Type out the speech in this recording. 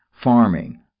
farming